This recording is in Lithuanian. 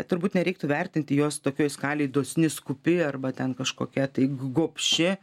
turbūt nereiktų vertinti jos tokioj skalėj dosni skūpi arba ten kažkokia tai gobši